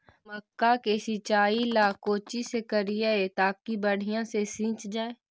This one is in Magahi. मक्का के सिंचाई ला कोची से करिए ताकी बढ़िया से सींच जाय?